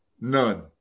None